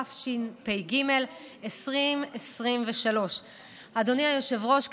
התשפ"ג 2023. אדוני היושב-ראש,